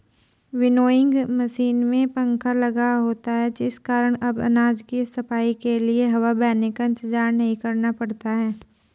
winnowing machine में पंखा लगा होता है जिस कारण अब अनाज की सफाई के लिए हवा बहने का इंतजार नहीं करना पड़ता है